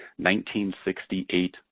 1968